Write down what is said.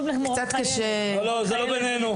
לא, זה לא בינינו.